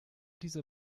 dieser